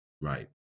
Right